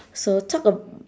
so talk ab~